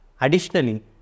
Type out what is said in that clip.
Additionally